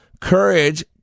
Courage